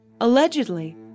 Allegedly